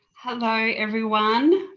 hello everyone,